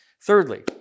Thirdly